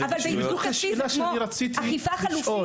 --- עיצום כספי זה כמו אכיפה חלופית.